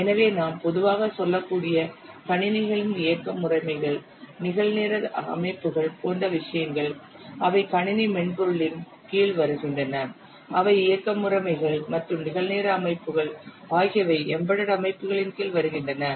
எனவே நாம் பொதுவாக சொல்லக்கூடிய கணினிகளின் இயக்க முறைமைகள் நிகழ்நேர அமைப்புகள் போன்ற விஷயங்கள் அவை கணினி மென்பொருளின் கீழ் வருகின்றன அவை இயக்க முறைமைகள் மற்றும் நிகழ்நேர அமைப்புகள் ஆகியவை எம்பெடெட் அமைப்புகளின் கீழ் வருகின்றன